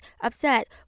upset